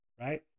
right